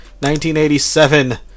1987